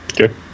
Okay